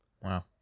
Wow